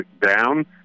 down